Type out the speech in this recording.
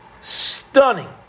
Stunning